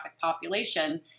population